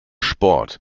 sport